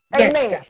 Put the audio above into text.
Amen